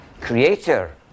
creator